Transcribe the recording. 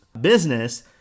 business